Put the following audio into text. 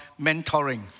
mentoring